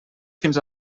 fins